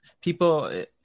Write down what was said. people